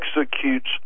executes